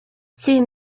two